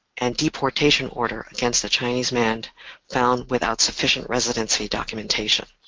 and deportation order against the chinese man found without sufficient residency documentation.